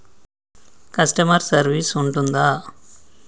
Customer service ఉంటుందా?